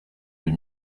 deux